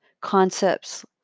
concepts